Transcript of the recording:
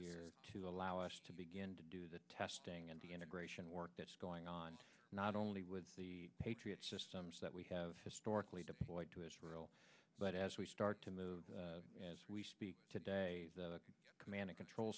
year to allow us to begin to do the testing and the integration work that's going on not only with the patriot systems that we have historically deployed to israel but as we start to move as we speak today the command and control